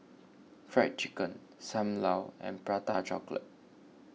Fried Chicken Sam Lau and Prata Chocolate